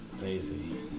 Lazy